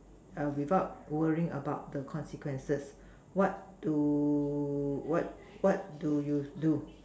err without worrying about the consequences what do what what do you do